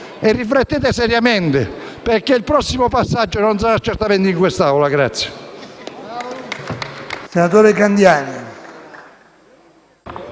riflettete seriamente perché il prossimo passaggio non sarà certamente in quest'Assemblea.